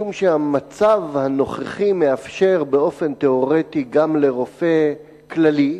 משום שהמצב הנוכחי מאפשר באופן תיאורטי גם לרופא כללי,